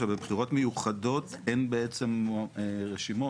עכשיו, בבחירות מיוחדות אין בעצם רשימות.